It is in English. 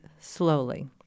slowly